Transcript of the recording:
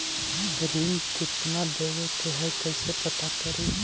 ऋण कितना देवे के है कैसे पता करी?